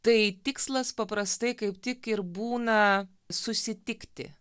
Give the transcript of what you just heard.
tai tikslas paprastai kaip tik ir būna susitikti